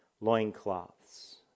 loincloths